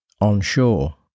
onshore